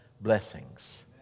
blessings